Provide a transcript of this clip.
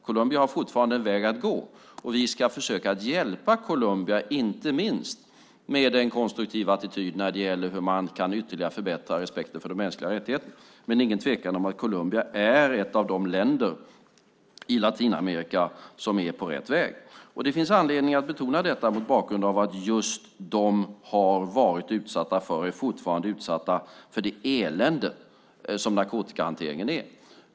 Colombia har fortfarande en väg att gå, och vi ska försöka hjälpa Colombia, inte minst med en konstruktiv attityd när det gäller hur man ytterligare kan förbättra respekten för de mänskliga rättigheterna. Men det är ingen tvekan om att Colombia är ett av de länder i Latinamerika som är på rätt väg. Det finns anledning att betona detta mot bakgrund av att just detta land har varit utsatt för och fortfarande är utsatt för det elände som narkotikahanteringen är.